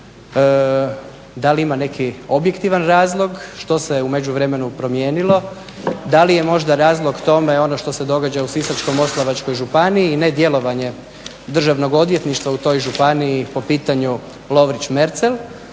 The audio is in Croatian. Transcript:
Da li ima neki objektivan razlog? Što se je u međuvremenu promijenilo? Da li je možda razlog tome ono što se događa u Sisačko-moslavačkoj županiji i ne djelovanje Državnog odvjetništva u toj županiji po pitanju Lovrić-Merzel?